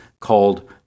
called